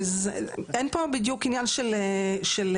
אין פה בדיוק עניין של עדכון,